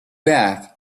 back